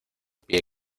pie